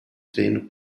treino